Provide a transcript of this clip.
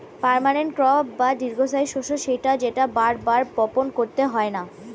permanent crop বা দীর্ঘস্থায়ী শস্য সেটা যেটা বার বার বপণ করতে হয়না